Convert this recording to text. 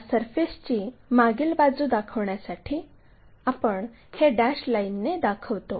या सरफेसची मागील बाजू दाखविण्यासाठी आपण हे डॅश लाईनने दाखवतो